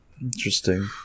Interesting